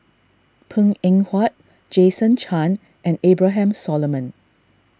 Png Eng Huat Jason Chan and Abraham Solomon